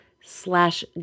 slash